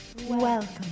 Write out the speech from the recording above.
Welcome